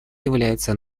является